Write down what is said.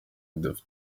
z’igihugu